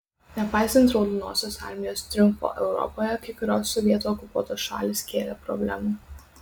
nepaisant raudonosios armijos triumfo europoje kai kurios sovietų okupuotos šalys kėlė problemų